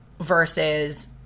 versus